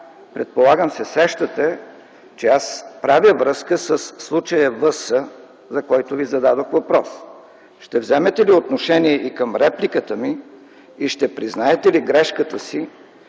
предполагам се сещате, че аз правя връзка със случая В.С., за който Ви зададох въпроса. Ще вземете ли отношение към репликата ми и ще признаете ли грешката си